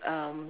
um